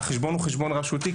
החשבון הוא חשבון מקומי,